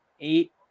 eight